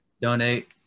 Donate